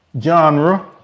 genre